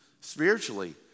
spiritually